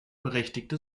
berechtigte